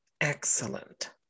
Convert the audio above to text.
excellent